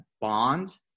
bond